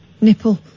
nipple